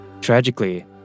Tragically